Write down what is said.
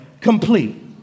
complete